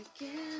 again